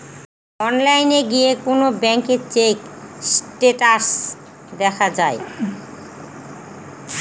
অনলাইনে গিয়ে কোন ব্যাঙ্কের চেক স্টেটাস দেখা যায়